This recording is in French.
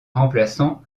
remplaçant